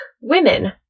women